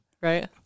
Right